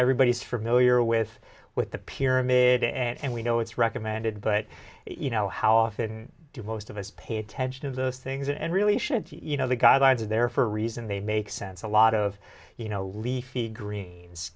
everybody's from ill year with with the pyramid and we know it's recommended but you know how often do most of us pay attention to those things and really should you know the guidelines are there for a reason they make sense a lot of you know leafy greens